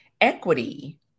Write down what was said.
equity